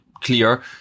clear